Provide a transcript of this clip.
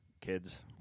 kids